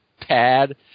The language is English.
pad